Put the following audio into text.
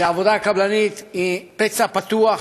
שהעבודה הקבלנית היא פצע פתוח,